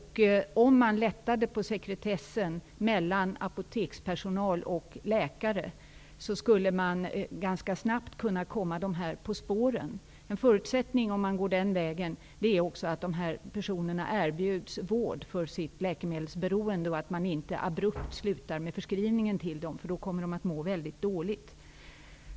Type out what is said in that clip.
Om man lättade på sekretessen mellan apotekspersonal och läkare, skulle man ganska snabbt kunna komma dessa patienter på spåren. En förutsättning är att dessa personer erbjuds vård för sitt läkemedelsberoende och att man inte abrupt slutar med förskrivningen till dem, för då skulle de komma att må mycket dåligt.